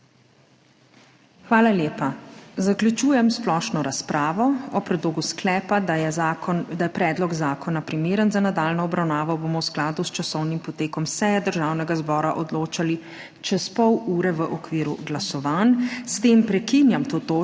Hvala lepa. Zaključujem splošno razpravo. O predlogu sklepa, da je predlog zakona primeren za nadaljnjo obravnavo, bomo v skladu s časovnim potekom seje Državnega zbora odločali čez pol ure v okviru glasovanj. S tem prekinjam to točko